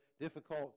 difficult